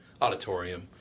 auditorium